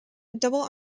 double